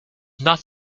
not